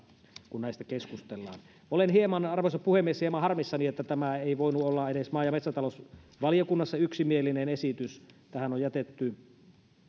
kun näistä keskustellaan olen arvoisa puhemies hieman harmissani että tämä ei voinut olla edes maa ja metsätalousvaliokunnassa yksimielinen esitys tähän on jätetty